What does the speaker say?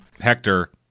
Hector